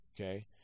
Okay